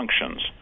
functions